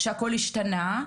שהכל השתנה,